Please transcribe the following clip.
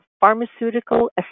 pharmaceutical